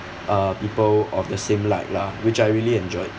uh people of the same light lah which I really enjoy